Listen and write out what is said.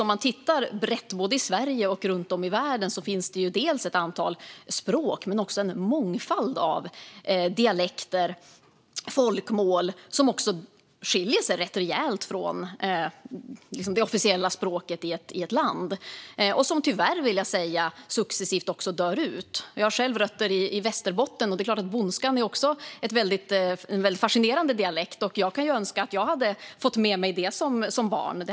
Om man tittar brett både i Sverige och runt om i världen ser man att det finns ett antal språk men också en mångfald av dialekter och folkmål som skiljer sig rätt rejält från det officiella språket i ett land och som tyvärr, vill jag säga, successivt dör ut. Jag har själv rötter i Västerbotten, och det är klart att bondskan också är en väldigt fascinerande dialekt som jag kan önska att jag hade fått med mig som barn.